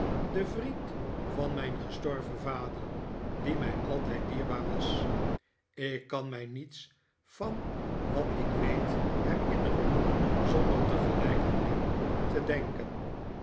den vriend van mijn gestorven vader die mij altijd dierbaar was ik kan mij niets van wat ik weet herinneren zonder tegelijk aan hem te denken